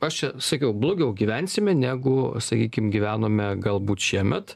aš čia sakiau blogiau gyvensime negu sakykim gyvenome galbūt šiemet